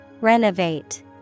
Renovate